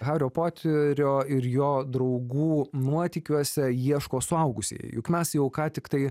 hario poterio ir jo draugų nuotykiuose ieško suaugusieji juk mes jau ką tiktai